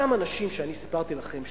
אותם אנשים שאני סיפרתי לכם,